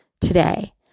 today